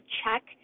check